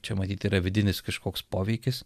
čia matyt yra vidinis kažkoks poveikis